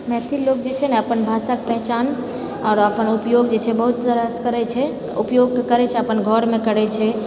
मैथिल लोग जे छै ने अपन भाषाके पहचान आओर अपन उपयोग जे छै बहुत तरहसँ करै छै उपयोग करै छै अपन घरमे करै छै